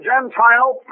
Gentile